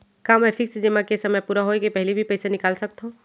का मैं फिक्स जेमा के समय पूरा होय के पहिली भी पइसा निकाल सकथव?